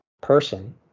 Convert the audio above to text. person